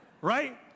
Right